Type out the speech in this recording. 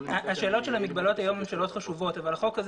השאלות של המגבלות היום הן שאלות חשובות אבל החוק הזה